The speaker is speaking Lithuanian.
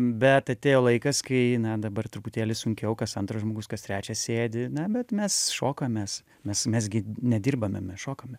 bet atėjo laikas kai na dabar truputėlį sunkiau kas antras žmogus kas trečias sėdi na bet mes šokam mes mes mes gi ne dirbame šokame